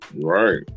right